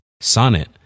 Sonnet